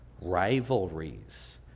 rivalries